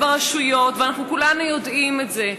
ואנחנו כולנו יודעים את זה.